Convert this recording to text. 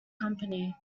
company